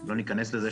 לא ניכנס לזה.